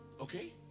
Okay